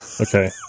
Okay